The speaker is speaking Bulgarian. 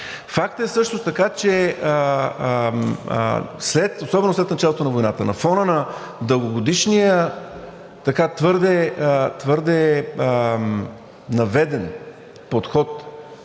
Факт е също така, че особено след началото на войната, на фона на дългогодишния твърде наведен подход